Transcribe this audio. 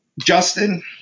Justin